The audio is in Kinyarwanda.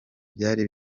byari